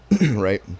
right